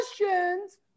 questions